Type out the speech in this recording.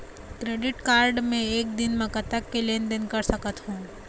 Credit card मे एक दिन म कतक के लेन देन कर सकत हो?